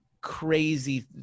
crazy